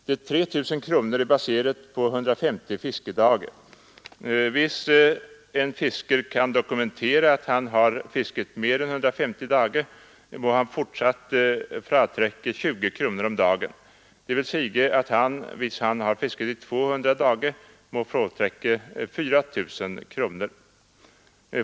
De 3 000 kroner er baseret på 150 fiskedage. Hvis en fisker kan dokumentere, at han har fisket mere end 150 dage, må han fortsat fratrekke 20 kroner om dagen. Det vil sige, at han, hvis han har fisket i 200 dage, må fratrekke 4 000 kroner.